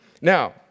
now